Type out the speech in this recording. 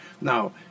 Now